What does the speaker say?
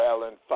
Alan